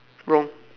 wrong